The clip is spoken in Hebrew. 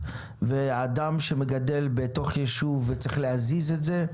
ואדם שמגדל בתוך יישוב וצריך להזיז את זה,